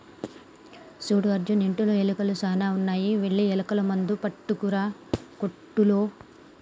సూడు అర్జున్ ఇంటిలో ఎలుకలు సాన ఉన్నాయి వెళ్లి ఎలుకల మందు పట్టుకురా కోట్టులో